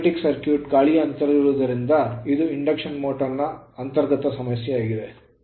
magnetic circuit ಕಾಂತೀಯ ಮಂಡಲದಲ್ಲಿ ಗಾಳಿಯ ಅಂತರವಿರುವುದರಿಂದ ಇದು ಇಂಡಕ್ಷನ್ ಮೋಟರ್ ನ ಅಂತರ್ಗತ ಸಮಸ್ಯೆಯಾಗಿದೆ